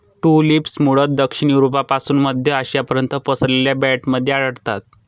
tulips मूळतः दक्षिण युरोपपासून मध्य आशियापर्यंत पसरलेल्या बँडमध्ये आढळतात